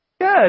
good